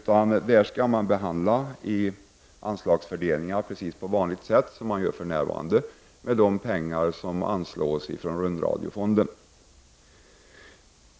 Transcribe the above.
Fördelningar av anslag skall behandlas precis på samma sätt som man gör för närvarande vid fördelningen av de pengar som anslås från Rundradiofonden.